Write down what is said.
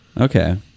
Okay